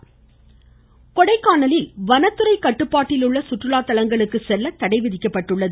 கொடைக்கானல் கொடைக்கானலில் வனத்துறை கட்டுப்பாட்டில் உள்ள சுற்றுலாத்தலங்களுக்கு செல்ல தடை விதிக்கப்பட்டுள்ளது